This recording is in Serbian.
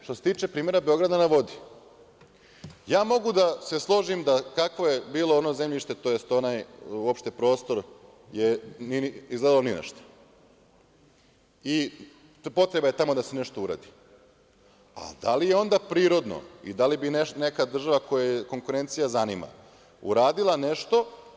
Što se tiče primera Beograda na vodi, mogu da se složim, kakvo je ono bilo zemljište, uopšte prostor nije ličio ni na šta i potrebu da se tamo nešto uradi, a da li je onda prirodno i da li bi neka država koju konkurencija zanima uradila nešto?